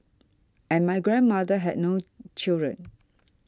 and my grandmother had no children